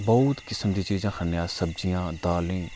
बहोत किस्म दियां चीजां खन्ने आं अस सब्जियां दालीं